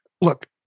look